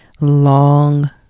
long